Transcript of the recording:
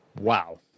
Wow